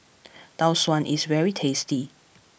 Tau Suan is very tasty